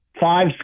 five